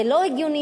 זה לא הגיוני,